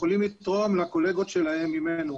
שיכולים לתרום לקולגות שלהם ממנו.